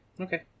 Okay